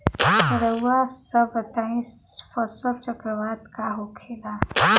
रउआ सभ बताई फसल चक्रवात का होखेला?